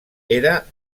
era